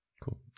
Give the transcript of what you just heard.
Cool